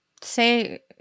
say